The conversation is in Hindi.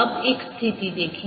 अब एक स्थिति देखें